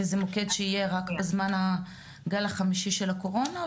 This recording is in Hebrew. וזה מוקד שיהיה רק בזמן הגל החמישי של הקורונה,